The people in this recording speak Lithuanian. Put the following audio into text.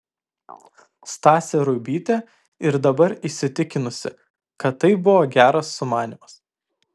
stasė ruibytė ir dabar įsitikinusi kad tai buvo geras sumanymas